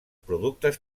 productes